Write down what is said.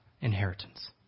inheritance